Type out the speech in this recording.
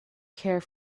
care